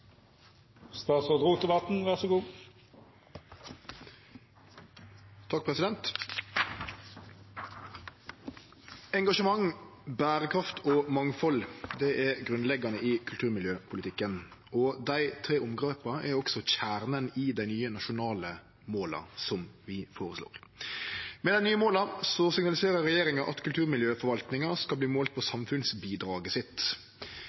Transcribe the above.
i kulturmiljøpolitikken, og dei tre omgrepa er også kjernen i dei nye nasjonale måla som vi føreslår. Med dei nye måla signaliserer regjeringa at kulturmiljøforvaltinga skal verte målt på samfunnsbidraget sitt.